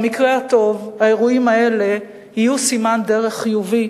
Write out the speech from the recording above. במקרה הטוב האירועים האלה יהיו סימן דרך חיובי